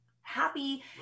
happy